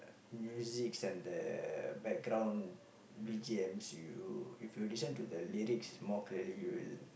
musics and the background B_G_Ms you if you listen to the lyrics more clearly you will